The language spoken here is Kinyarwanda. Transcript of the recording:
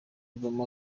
ivamo